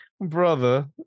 Brother